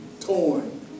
torn